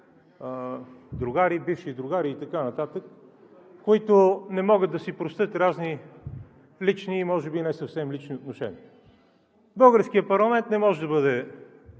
другари, бивши другари и така нататък, които не могат да си простят разни лични и може би не съвсем лични отношения. Българският парламент не може да бъде